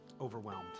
overwhelmed